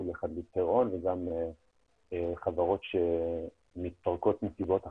לחדלות פירעון וגם חברות שמתפרקות מסיבות אחרות.